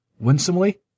winsomely